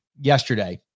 yesterday